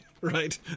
right